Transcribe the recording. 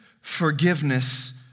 forgiveness